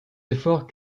efforts